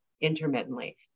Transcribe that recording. intermittently